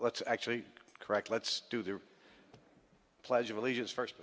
let's actually correct let's do the pledge of allegiance first